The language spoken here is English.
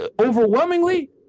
overwhelmingly